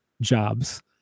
jobs